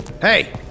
Hey